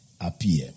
appear